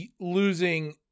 losing